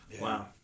Wow